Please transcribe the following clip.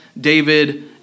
David